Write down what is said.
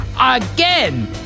Again